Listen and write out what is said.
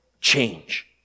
change